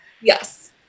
Yes